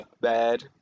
bad